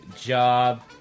Job